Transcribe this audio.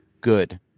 good